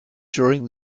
during